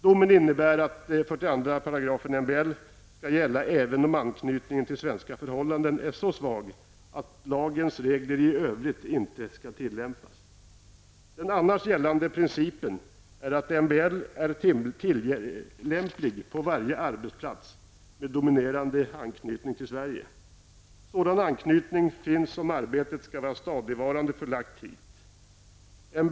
Domen innebär att 42 § MBL skall gälla även om anknytningen till svenska förhållanden är så svag att lagens regler i övrigt inte skall tillämpas. Den annars gällande principen är att MBL är tillämplig på varje arbetsplats med dominerande anknytning till Sverige. Sådan anknytning finns om arbetet skall vara stadigvarande förlagt hit.